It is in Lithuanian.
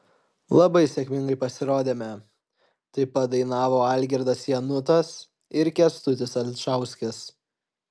labai sėkmingai pasirodėme taip pat dainavo algirdas janutas ir kęstutis alčauskis